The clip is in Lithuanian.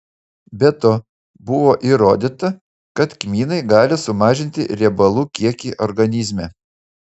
be to buvo įrodyta kad kmynai gali sumažinti riebalų kiekį organizme